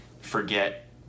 forget